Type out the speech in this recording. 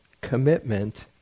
commitment